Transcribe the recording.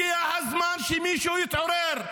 הגיע הזמן שמישהו יתעורר.